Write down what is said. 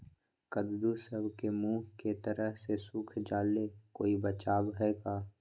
कददु सब के मुँह के तरह से सुख जाले कोई बचाव है का?